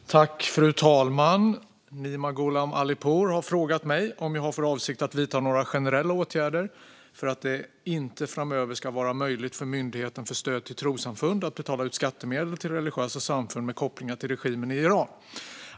Svar på interpellation Fru talman! Nima Gholam Ali Pour har frågat mig om jag har för avsikt att vidta några generella åtgärder för att det inte framöver ska vara möjligt för Myndigheten för stöd till trossamfund att betala ut skattemedel till religiösa samfund med kopplingar till regimen i Iran.